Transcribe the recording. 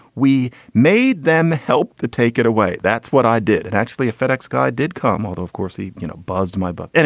we made them help to take it away. that's what i did. and actually a fedex guy did come, although, of course, he, you know, buzzed my book. and